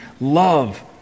love